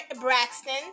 braxton